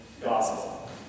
gospel